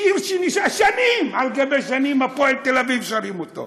שיר ששנים על גבי שנים "הפועל תל-אביב" שרים אותו,